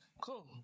Cool